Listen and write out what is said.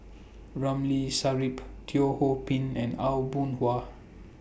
Ramli Sarip Teo Ho Pin and Aw Boon Haw